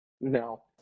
No